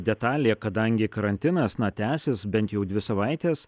detalė kadangi karantinas na tęsis bent jau dvi savaites